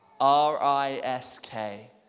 R-I-S-K